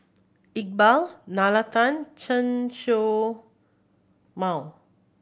Iqbal Nalla Tan Chen Show Mao